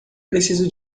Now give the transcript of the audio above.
preciso